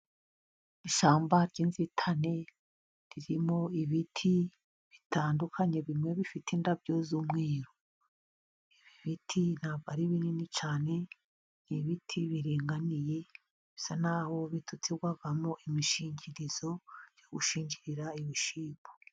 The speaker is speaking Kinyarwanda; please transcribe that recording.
Ishyamba ry'inzitane ririmo ibiti bitandukanye , bimwe bifite indabyo z'umweruru, ibiti ntabwo ari binini cyane, ibiti biringaniye bisa n'aho bitutirwavamo imishingirizo, yo gushingirira ibishyimbo.